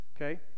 okay